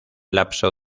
lapso